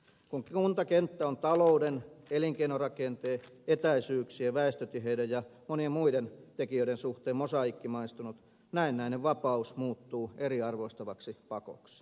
kun kuntakenttä on talouden elinkeinorakenteen etäisyyksien väestötiheyden ja monien muiden tekijöiden suhteen mosaiikkimaistunut näennäinen vapaus muuttuu eriarvoistavaksi pakoksi